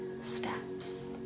steps